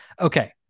Okay